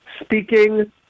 speaking